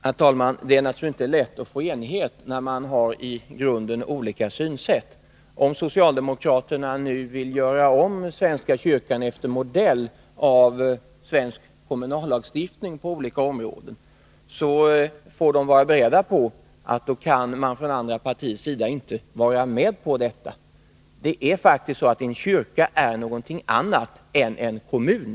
Herr talman! Det är naturligtvis inte lätt att uppnå enighet, när vi har i grunden olika synsätt. Om socialdemokraterna nu vill göra om svenska kyrkan efter en modell som tillämpas enligt kommunallagstiftningen på olika områden, så får de vara beredda på att man från andra partiers sida inte kan vara med om detta. En kyrka är faktiskt någonting annat än en kommun.